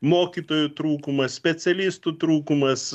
mokytojų trūkumas specialistų trūkumas